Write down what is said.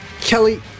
Kelly